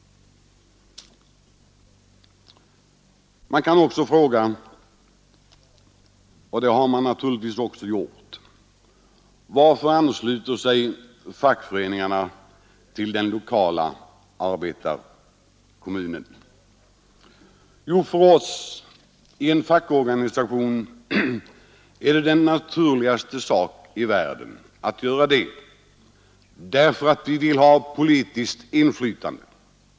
Man kan också fråga varför fackföreningarna ansluter sig till den lokala arbetarkommunen. Ja, för oss i en fackorganisation är det den naturligaste sak i världen att göra det därför att vi vill ha politiskt inflytande.